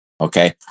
Okay